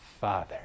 Father